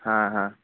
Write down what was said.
हाँ हाँ